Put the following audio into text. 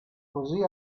così